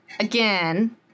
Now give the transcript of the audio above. Again